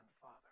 Father